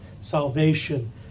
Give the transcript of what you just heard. salvation